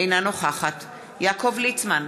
אינה נוכחת יעקב ליצמן,